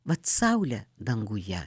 vat saulę danguje